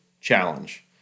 challenge